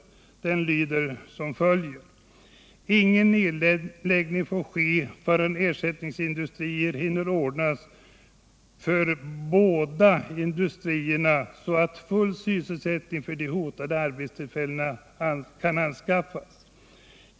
Resolutionen lyder som följer: ”Ingen nedläggning får ske förrän ersättningsindustrier hinner ordnas för båda industrierna, så att full sysselsättning för de hotade arbetstillfällena anskaffas.